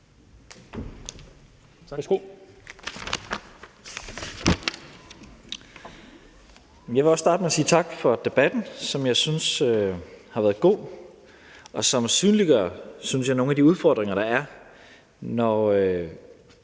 Jeg vil også starte med at sige tak for debatten, som jeg synes har været god, og som synliggør, synes jeg, nogle af de udfordringer, der er, når